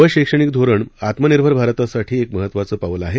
नवं शैक्षणिक धोरण आत्मनिर्भर भारतासाठी एक महत्त्वाचं पाऊल आहे